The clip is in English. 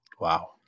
Wow